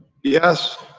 yes.